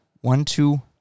one-two